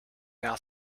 now